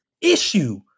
issue